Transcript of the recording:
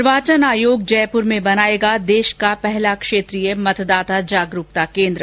निर्वाचन आयोग जयपुर में बनाएगा देश का पहला क्षेत्रीय मतदाता जागरुकता केन्द्र